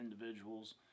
individuals